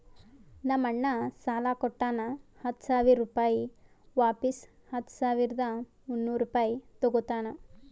ನಮ್ ಅಣ್ಣಾ ಸಾಲಾ ಕೊಟ್ಟಾನ ಹತ್ತ ಸಾವಿರ ರುಪಾಯಿ ವಾಪಿಸ್ ಹತ್ತ ಸಾವಿರದ ಮುನ್ನೂರ್ ರುಪಾಯಿ ತಗೋತ್ತಾನ್